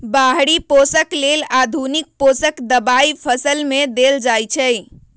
बाहरि पोषक लेल आधुनिक पोषक दबाई फसल में देल जाइछइ